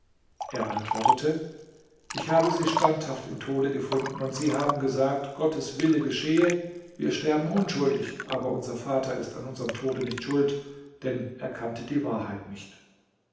er antwortete ich habe sie standhaft im tode gefunden und sie haben gesagt gottes wille geschehe wir sterben unschuldig aber unser vater ist an unserm tode nicht schuld denn er kannte die wahrheit nicht